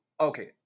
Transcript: Okay